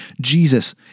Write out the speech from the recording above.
Jesus